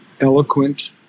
eloquent